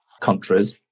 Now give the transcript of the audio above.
countries